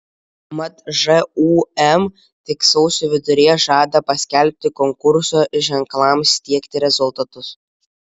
mat žūm tik sausio viduryje žada paskelbti konkurso ženklams tiekti rezultatus